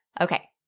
Okay